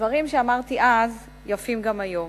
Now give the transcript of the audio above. הדברים שאמרתי אז יפים גם היום.